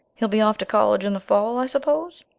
he'll be off to college in the fall, i suppose.